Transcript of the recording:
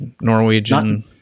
Norwegian